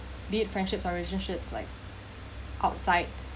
be in friendships or relationships like outside